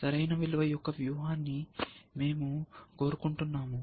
సరైన విలువ యొక్క వ్యూహాన్ని మేము కోరుకుంటున్నాము